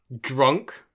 drunk